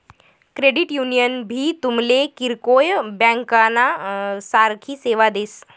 credit union भी तुमले किरकोय ब्यांकना सारखी सेवा देस